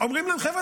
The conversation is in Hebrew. אומרים להם: חבר'ה,